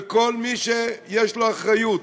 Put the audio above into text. לכל מי שיש לו אחריות,